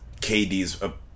KD's